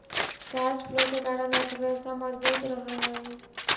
cash flow के कारण अर्थव्यवस्था मजबूत रहऽ हई